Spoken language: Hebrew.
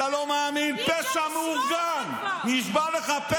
אתה לא מאמין, פשע מאורגן, נשבע לך,